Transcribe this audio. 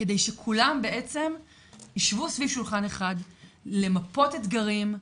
כדי שכולם בעצם ישבו סביב שולחן אחד למפות אתגרים,